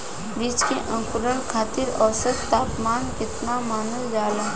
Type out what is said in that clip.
बीज के अंकुरण खातिर औसत तापमान केतना मानल जाला?